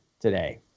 today